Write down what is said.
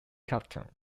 carlton